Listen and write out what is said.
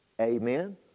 Amen